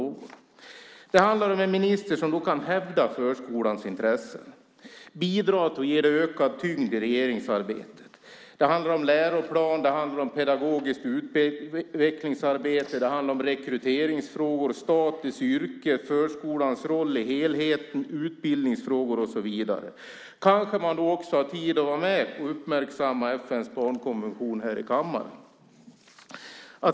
Det handlar då om en minister som kan hävda förskolans intressen och som kan bidra till att ge den ökad tyngd i regeringsarbetet. Det handlar om en läroplan, om pedagogiskt utvecklingsarbete, om rekryteringsfrågor, om status i yrket, om förskolans roll i helheten, om utbildningsfrågor och så vidare. Kanske har man då också tid att vara med här i kammaren och uppmärksamma FN:s barnkonvention.